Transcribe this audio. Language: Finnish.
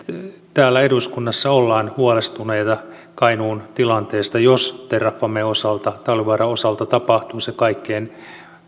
täällä eduskunnassa ollaan huolestuneita kainuun tilanteesta jos terrafamen osalta talvivaaran osalta tapahtuu se kaikkein